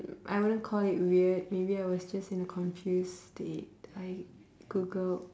I wouldn't call it weird maybe I was just in a confused state I googled